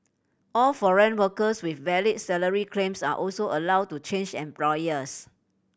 all foreign workers with valid salary claims are also allowed to change employers